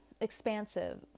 expansive